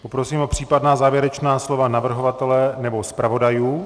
Poprosím o případná závěrečná slova navrhovatele nebo zpravodajů.